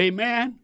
Amen